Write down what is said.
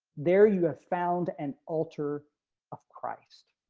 there you have found an altar of christ.